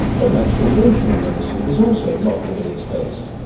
but much conventional medicine is also not evidence-based,